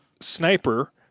sniper